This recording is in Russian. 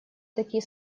такие